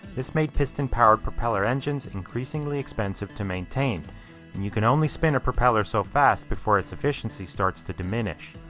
this made piston powered propeller engines increasingly expensive to maintain. and you can only spin a propeller so fast before its efficiency starts to diminish.